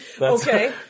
Okay